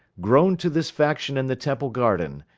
growne to this faction in the temple garden,